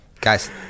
guys